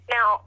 Now